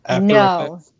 No